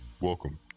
Welcome